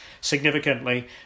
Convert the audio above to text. significantly